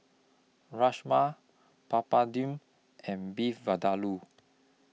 Rajma Papadum and Beef Vindaloo